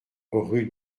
rue